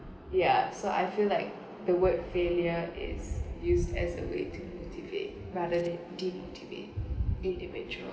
ya so I feel like the word failure is used as a way to motivate rather than demotivate individuals